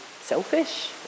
selfish